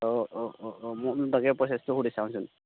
অঁ অঁ অঁ মই বোলো তাকে প্ৰচেছটো সুধি চাওঁচোন